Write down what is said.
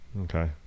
Okay